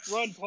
Run